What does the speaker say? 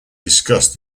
discussed